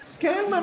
can't